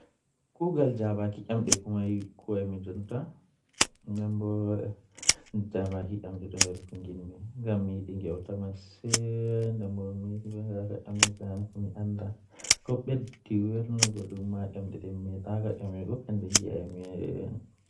Komi ɓurɗaa yiɗuki naane kannjum woni Hobby am ko waɗi to ñaawo, sabu mi yiɗi wonde e yimɓe kadi waɗde jaangol. Mi ngoni fiɗɗinde sabu mi yidi ngal kadi mi njogii e hoore kadi nafaade e goɗɗum. Miɗo yeddi ɗum sabu o waɗi yiɗi ndiyam, miɗo